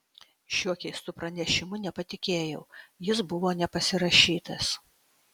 šiuo keistu pranešimu nepatikėjau jis buvo nepasirašytas